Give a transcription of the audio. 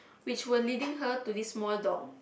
which were leading her to this small door